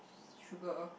sugar